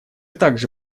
также